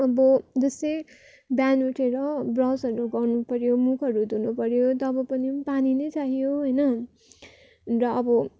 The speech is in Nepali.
अब जस्तै बिहान उठेर ब्रसहरू गर्नु पऱ्यो मुखहरू धुनु पऱ्यो तब पनि पानी नै चाहियो होइन र अब